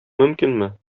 мөмкинме